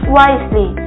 wisely